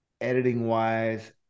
editing-wise